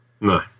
No